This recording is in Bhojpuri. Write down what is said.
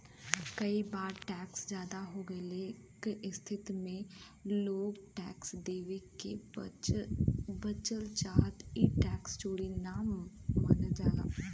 कई बार टैक्स जादा हो गइले क स्थिति में लोग टैक्स देवे से बचल चाहन ई टैक्स चोरी न मानल जाला